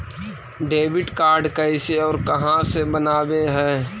Debit card कैसे और कहां से बनाबे है?